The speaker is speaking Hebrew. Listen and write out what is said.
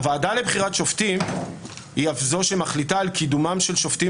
הוועדה לבחירת שופטים היא אף זו שמחליטה על קידומם של שופטים